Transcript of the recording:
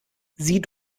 sie